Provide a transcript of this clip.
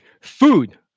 food